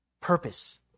purpose